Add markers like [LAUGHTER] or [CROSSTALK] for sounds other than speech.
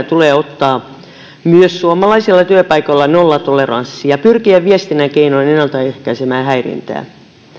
[UNINTELLIGIBLE] tulee ottaa myös suomalaisilla työpaikoilla nollatoleranssi ja pyrkiä viestinnän keinoin ennaltaehkäisemään häirintää